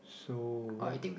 so when